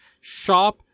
shop